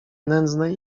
nędznej